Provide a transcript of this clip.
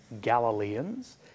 Galileans